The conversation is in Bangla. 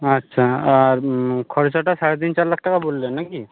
আচ্ছা আর খরচাটা সাড়ে তিন চার লাখ টাকা বললেন না কি